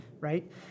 right